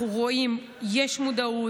אנחנו רואים שיש מודעות,